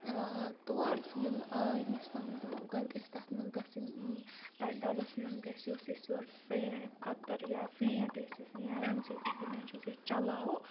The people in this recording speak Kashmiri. تور ییٚلہِ آیمس تامَتھ گۄڈٕ گَژھِ تَتھ منٛز گَژھٕنۍ تَتھ ڈَبَس منٛز گژھِ یۄس أسۍ یور پھے کَتٕر یا فینٛٹ ٲسِس یا ییٚمہِ سۭتۍ أسۍ گِنٛدان چھِ سُہ چَلاوو